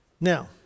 Now